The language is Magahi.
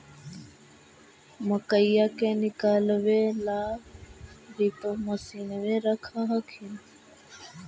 मकईया के निकलबे ला भी तो मसिनबे रख हखिन?